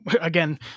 again